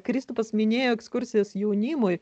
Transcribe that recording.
kristupas minėjo ekskursijas jaunimui